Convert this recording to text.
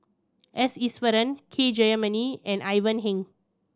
S Iswaran K Jayamani and Ivan Heng